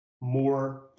more